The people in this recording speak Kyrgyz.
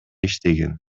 иштеген